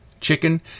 chicken